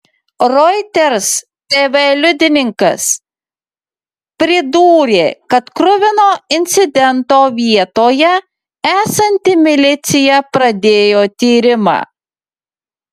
reuters tv liudininkas pridūrė kad kruvino incidento vietoje esanti milicija pradėjo tyrimą